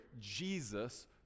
Jesus